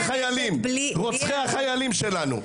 רוצחי החיילים שלנו,